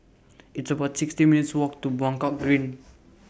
It's about sixty minutes' Walk to Buangkok Green